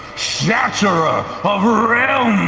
shatterer of realms.